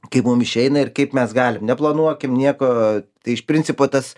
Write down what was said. kaip mum išeina ir kaip mes galim neplanuokim nieko iš principo tas